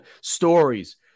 stories